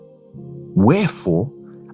Wherefore